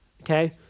okay